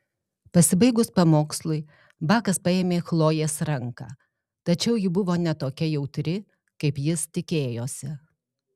pasibaigus pamokslui bakas paėmė chlojės ranką tačiau ji buvo ne tokia jautri kaip jis tikėjosi